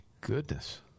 goodness